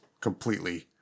completely